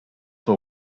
for